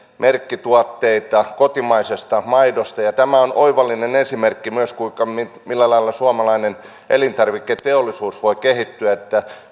merkkituotteita kotimaisesta maidosta tämä on oivallinen esimerkki myös millä lailla suomalainen elintarviketeollisuus voi kehittyä